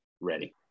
ready